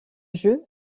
jeu